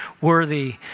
worthy